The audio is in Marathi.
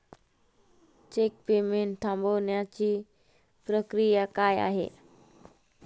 चेक पेमेंट थांबवण्याची प्रक्रिया काय आहे?